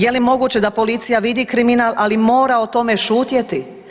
Je li moguće da policija vidi kriminal, ali mora o tome šutjeti?